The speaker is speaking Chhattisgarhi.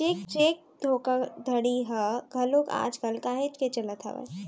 चेक धोखाघड़ी ह घलोक आज कल काहेच के चलत हावय